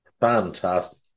fantastic